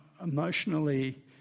emotionally